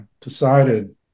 decided